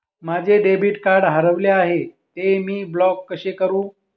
माझे debit card हरविले आहे, ते मी ब्लॉक कसे करु?